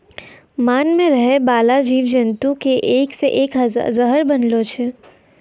मान मे रहै बाला जिव जन्तु के एक से एक जहर बनलो छै